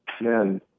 Man